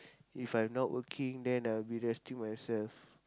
if I'm not working then I will be resting myself